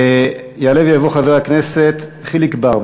יעלה ויבוא חבר הכנסת חיליק בר.